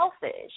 selfish